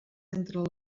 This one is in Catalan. entre